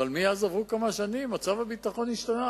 אבל מאז עברו כמה שנים, מצב הביטחון השתנה.